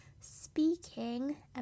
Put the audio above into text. speaking